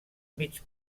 mig